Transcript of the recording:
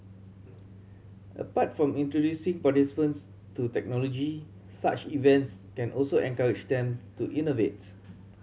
apart from introducing participants to technology such events can also encourage them to innovates